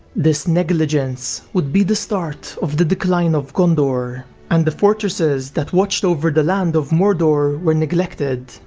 this negligence would be the start of the decline of gondor and the fortresses that watched over the land of mordor were neglected,